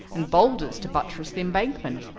and boulders to buttress the embankment.